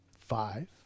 five